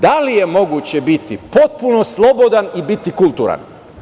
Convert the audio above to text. Da li je moguće biti potpuno slobodan i biti kulturan?